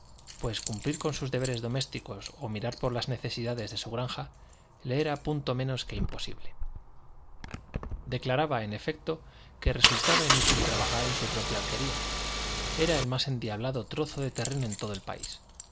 pues cumplir con sus deberes domésticos o mirar por las necesidades de su granja le era punto menos que imposible declaraba en efecto que resultaba inútil trabajar en su propia alquería era el más endiablado trozo de terreno en todo el país